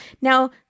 Now